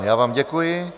Já vám děkuji.